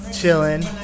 Chilling